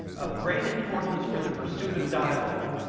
of great importance for the pursuit of dialogue,